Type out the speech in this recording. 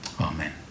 Amen